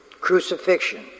crucifixion